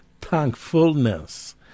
thankfulness